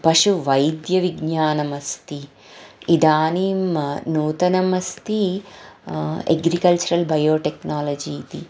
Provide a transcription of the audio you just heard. पशुवैद्यविज्ञानम् अस्ति इदानीं नूतनमस्ति एग्रिकल्चरल् बयोटेक्नालजि इति